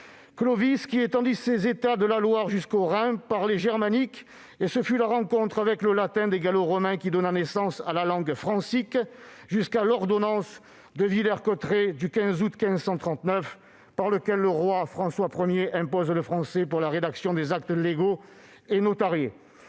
Clovis, qui étendit ses États de la Loire jusqu'au Rhin, parlait germanique et ce fut la rencontre avec le latin des Gallo-Romains qui donna naissance à la langue francique, jusqu'à l'ordonnance de Villers-Cotterêts d'août 1539, par laquelle le roi François I imposa le français pour la rédaction des actes légaux et notariés.